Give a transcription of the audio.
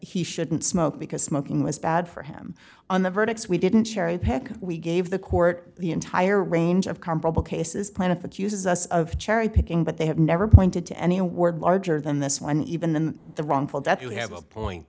he shouldn't smoke because smoking was bad for him on the verdicts we didn't cherry pick we gave the court the entire range of comparable cases plaintiff accuses us of cherry picking but they have never pointed to any award larger than this one even in the wrongful death you have a point